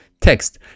text